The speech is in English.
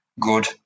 good